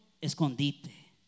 escondite